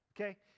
okay